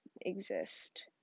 exist